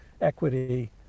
equity